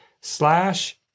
slash